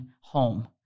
home